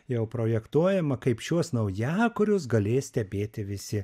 jau projektuojama kaip šiuos naujakurius galės stebėti visi